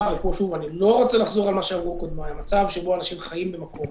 אני לא רוצה לחזור על מה שאמרו קודמיי אבל המצב בו אנשים חיים במקום